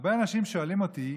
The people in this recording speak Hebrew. הרבה אנשים שואלים אותי: